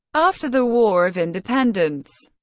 after the war of independence,